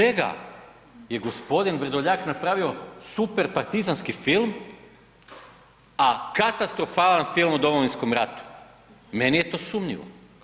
Zbog čega je gospodin Vrdoljak napravio super partizanski film, a katastrofalan film o Domovinskom ratu meni je to sumnjivo.